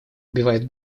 убивает